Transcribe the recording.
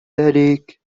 ذلك